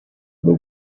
bwo